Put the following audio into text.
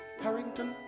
Harrington